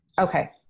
Okay